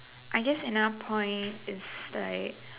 I guess another point is like